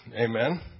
Amen